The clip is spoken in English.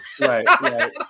Right